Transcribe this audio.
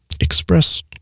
Express